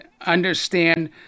understand